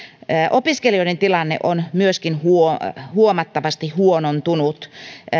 opiskelijoiden tilanne on myöskin huomattavasti huonontunut